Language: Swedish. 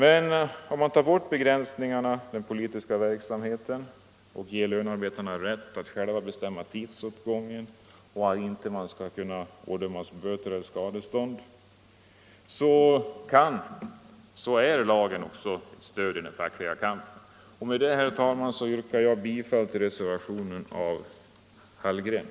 Men om man tar bort begränsningarna för den fackliga verksamheten, om man ger lönarbetarna